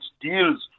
deals